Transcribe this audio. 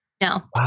No